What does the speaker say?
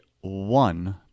one